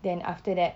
then after that